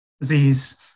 Disease